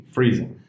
Freezing